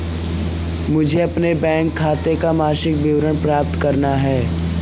मुझे अपने बैंक खाते का मासिक विवरण प्राप्त करना है?